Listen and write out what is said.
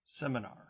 seminar